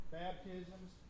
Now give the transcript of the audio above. baptisms